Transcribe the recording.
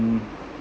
in